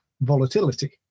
volatility